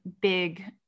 big